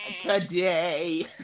Today